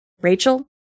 Rachel